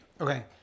Okay